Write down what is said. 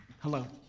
hello,